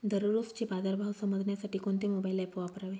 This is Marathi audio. दररोजचे बाजार भाव समजण्यासाठी कोणते मोबाईल ॲप वापरावे?